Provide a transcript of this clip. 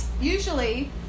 Usually